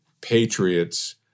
patriots